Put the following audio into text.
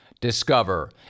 Discover